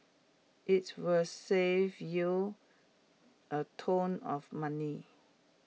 its will save you A ton of money